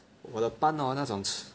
我的班 hor 那种